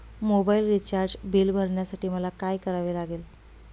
Mobile recharge bill भरण्यासाठी मला काय करावे लागेल?